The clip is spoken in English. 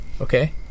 Okay